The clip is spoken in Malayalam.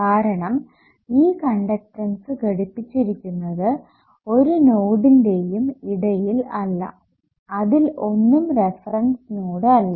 കാരണം ഈ കണ്ടക്ടൻസ് ഘടിപ്പിച്ചിരിക്കുന്നത് ഒരു നോഡിന്റെയും ഇടയിൽ അല്ല അതിൽ ഒന്നും റഫറൻസ് നോഡ് അല്ല